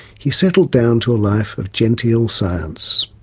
he settled down to a life of genteel science.